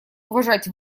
уважать